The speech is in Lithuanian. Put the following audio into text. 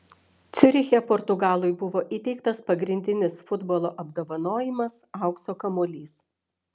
ciuriche portugalui buvo įteiktas pagrindinis futbolo apdovanojimas aukso kamuolys